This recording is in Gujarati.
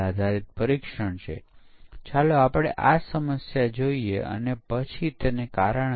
આપણે સ્ક્રિપ્ટીંગ અને કેપ્ચર અને રિપ્લે ટૂલ પહેલાં જોઈશું અને અન્ય ટૂલ પછી જોશું